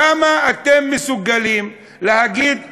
כמה אתם מסוגלים להגיד שקר,